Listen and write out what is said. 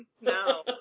No